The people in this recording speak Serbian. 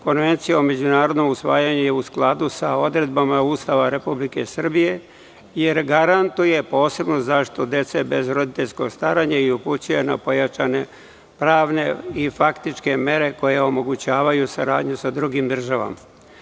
Konvencija o međunarodnom usvajanju je u skladu sa odredbama Ustava Republike Srbije jer garantuje posebnu zaštitu dece bez roditeljskog staranja i upućuje na pojačane pravne i faktičke mere koje omogućavaju saradnju sa drugim državama.